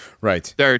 Right